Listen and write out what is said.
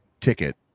ticket